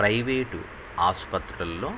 private ఆసుపత్రుల్లో